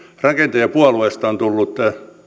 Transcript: rakentajapuolueesta on tullut